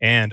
and